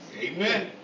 Amen